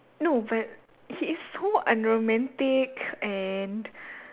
no but he is so unromantic and